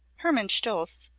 herman scholtz,